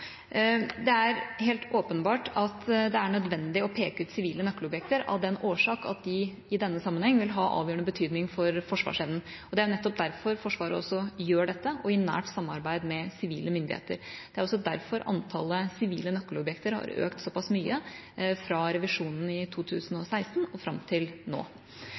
Det er helt åpenbart at det er nødvendig å peke ut sivile nøkkelobjekter, av den årsak at de i denne sammenheng vil ha avgjørende betydning for forsvarsevnen. Det er nettopp derfor Forsvaret gjør dette – og i nært samarbeid med sivile myndigheter. Det er også derfor antallet sivile nøkkelobjekter har økt såpass mye fra revisjonen i 2016 og fram til nå.